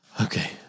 Okay